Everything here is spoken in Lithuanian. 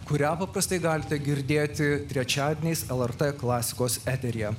kurią paprastai galite girdėti trečiadieniais lrt klasikos eteryje